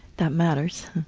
that matters.